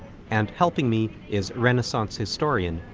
and helping me is renaissance historian,